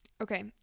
Okay